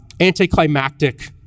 anticlimactic